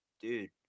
dude